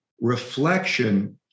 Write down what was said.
reflection